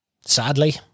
Sadly